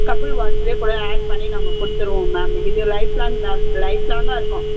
couple வாட்ச்லையே கூட add பண்ணி நாங்க கொடுத்துருவோம் மேம் இது லைஃப் லாங் மேம் லைஃப் லாங்காக இருக்கும்